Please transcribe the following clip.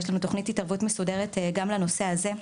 יש לנו תוכנית התערבות מסודרת גם לנושא הזה.